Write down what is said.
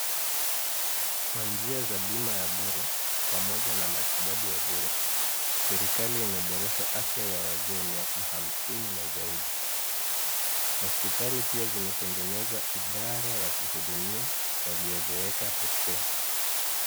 Kwa njia za bima ya bure pamoja na matibabu ya bure, serikali imeboresha afya ya wazee miaka hamsini na zaidi. Hospitali pia zimetengeneza idara ya kuhudumia waliozeeka pekee.